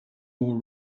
more